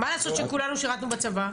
מה לעשות שכולנו שירתנו בצבא?